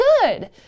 good